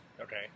Okay